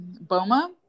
BOMA